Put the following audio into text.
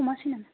हमासै नामा